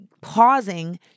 pausing